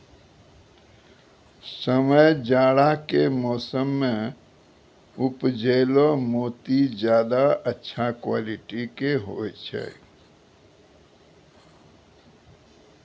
समय जाड़ा के मौसम मॅ उपजैलो मोती ज्यादा अच्छा क्वालिटी के होय छै